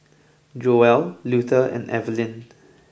Joel Luther and Evalyn